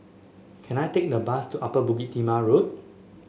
can I take a bus to Upper Bukit Timah Road